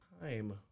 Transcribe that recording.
time